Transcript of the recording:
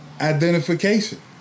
identification